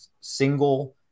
single